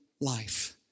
life